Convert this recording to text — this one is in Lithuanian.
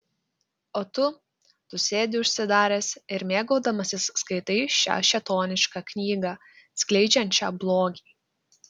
o tu tu sėdi užsidaręs ir mėgaudamasis skaitai šią šėtonišką knygą skleidžiančią blogį